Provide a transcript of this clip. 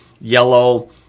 yellow